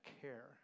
care